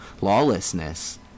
lawlessness